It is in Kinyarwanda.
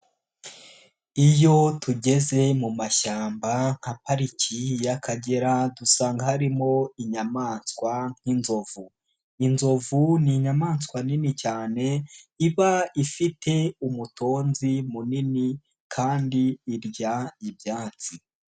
Iyo tugeze mu mashyamba nka pariki y'Akagera dusanga harimo inyamaswa nk'inzovu, inzovu ni inyamaswa nini cyane, iba ifite umutonzi munini kandi irya ibyatsi.